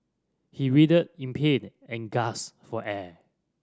he writhed in pain and gasped for air